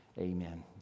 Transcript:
amen